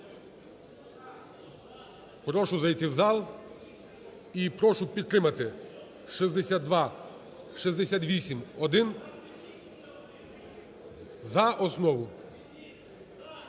Прошу зайти в зал і прошу підтримати 6268-1 за основу.